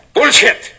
Bullshit